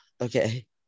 okay